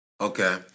Okay